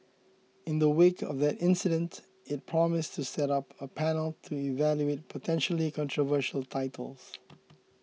in the wake of that incident it promised to set up a panel to evaluate potentially controversial titles